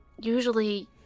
usually